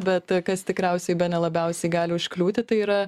bet kas tikriausiai bene labiausiai gali užkliūti tai yra